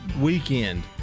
weekend